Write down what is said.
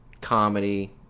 comedy